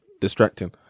distracting